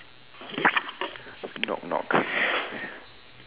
knock knock